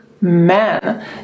men